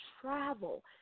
travel